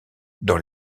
dans